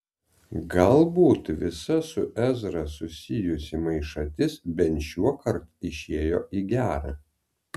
galbūt visa su ezra susijusi maišatis bent šiuokart išėjo į gera